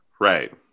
Right